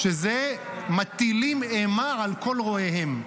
שזה מטילים אימה על כל רואיהם.